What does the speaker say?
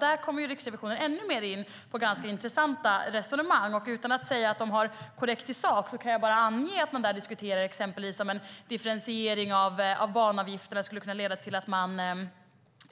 Där kommer Riksrevisionen in på ganska intressanta resonemang. Utan att säga att de har rätt i sak kan jag bara ange att de diskuterar exempelvis om en differentiering av banavgifterna skulle kunna leda till att man